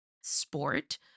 sport